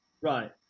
right